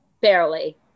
barely